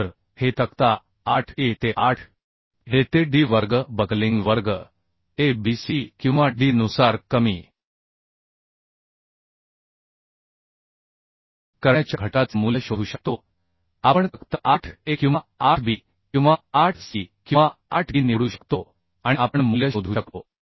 तर हे तक्ता 8 a ते 8 a ते d वर्ग बकलिंग वर्ग a b c किंवा d नुसार कमी करण्याच्या घटकाचे मूल्य शोधू शकतो आपण तक्ता 8 a किंवा 8 b किंवा 8 c किंवा 8 d निवडू शकतो आणि आपण मूल्य शोधू शकतो